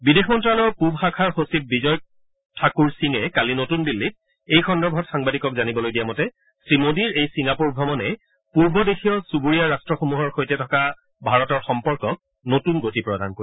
বিদেশ মন্ত্ৰ্যালয়ৰ পূব শাখাৰ সচিব বিজয় ঠাকুৰ সিঙে কালি নতুন দিল্লীত এই সন্দৰ্ভত সাংবাদিকক জানিবলৈ দিয়া মতে শ্ৰীমোদীৰ এই ছিংগাপৰ ভ্ৰমণে পূৰ্ব দেশীয় চুবুৰীয়া ৰাষ্ট্ৰসমূহৰ সৈতে থকা ভাৰতৰ সম্পৰ্কক নতুন গতি প্ৰদান কৰিব